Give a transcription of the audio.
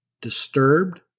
disturbed